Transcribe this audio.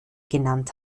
genannt